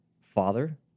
father